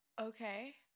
okay